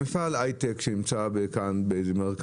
מפעל היי-טק שנמצא במרכז,